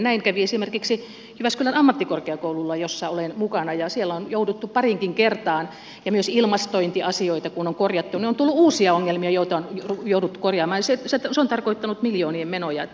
näin kävi esimerkiksi jyväskylän ammattikorkeakoululla jossa olen mukana ja siellä on pariinkin kertaan myös kun ilmastointiasioita on korjattu tullut uusia ongelmia joita on jouduttu korjaamaan ja se on tarkoittanut miljoonien menoja